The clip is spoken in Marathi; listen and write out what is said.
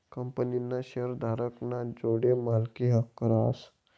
कंपनीना शेअरधारक ना जोडे मालकी हक्क रहास